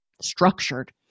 structured